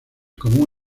común